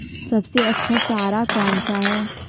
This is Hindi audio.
सबसे अच्छा चारा कौन सा है?